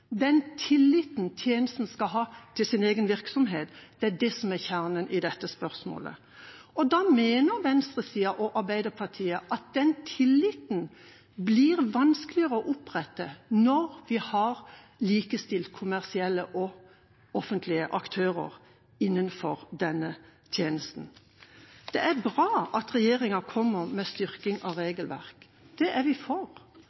den tilliten tjenesten skal ha til sin egen virksomhet, er det som er kjernen i dette spørsmålet. Da mener venstresida, og Arbeiderpartiet, at den tilliten blir vanskeligere å opprette når vi har likestilt kommersielle og offentlige aktører innenfor denne tjenesten. Det er bra at regjeringa kommer med en styrking av regelverket. Det er vi for.